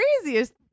craziest